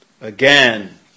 again